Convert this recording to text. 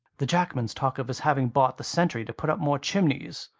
the jackmans talk of his having bought the centry to put up more chimneys.